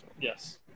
Yes